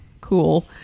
cool